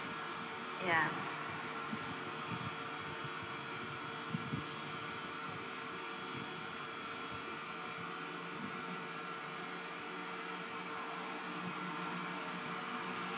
ya